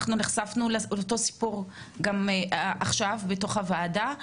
אנחנו נחשפנו לאותו סיפור גם עכשיו בתוך הוועדה.